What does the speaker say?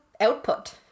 output